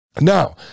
Now